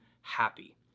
happy